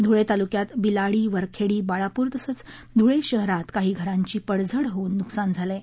धुळे तालुक्यात बिलाडी वरखेडी बाळापूर तसंच धुळे शहरात काही घरांची पडझड होऊन नुकसान झालं आहे